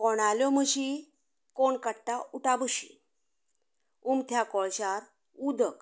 कोणाल्यो म्हशी कोण काडटा उटाबशी उमत्या कोळशार उदक